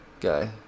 guy